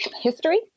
history